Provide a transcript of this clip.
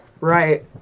Right